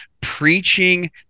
preaching